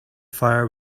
fire